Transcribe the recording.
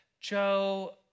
Joe